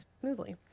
smoothly